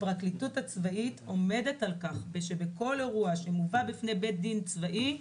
הפרקליטות הצבאית עומדת על כך שבכל אירוע שמובא בפני בית דין צבאי,